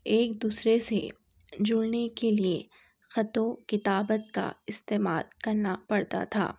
ایک دوسرے سے جڑنے کے لئے خط و کتابت کا استعمال کرنا پڑتا تھا